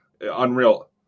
Unreal